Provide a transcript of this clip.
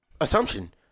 assumption